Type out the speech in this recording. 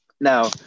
Now